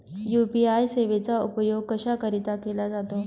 UPI सेवेचा उपयोग कशाकरीता केला जातो?